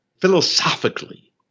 philosophically